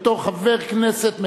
בתור חבר כנסת,